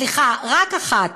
סליחה, רק אחת